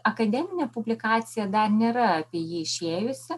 akademinė publikacija dar nėra apie jį išėjusi